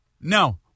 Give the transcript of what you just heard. no